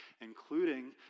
including